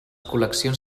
col·leccions